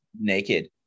naked